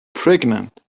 pregnant